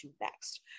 next